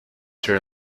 sri